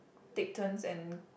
take turns and